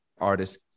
artists